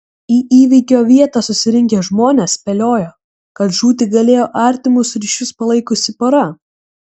į įvykio vietą susirinkę žmonės spėliojo kad žūti galėjo artimus ryšius palaikiusi pora